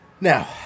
Now